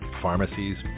pharmacies